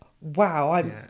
Wow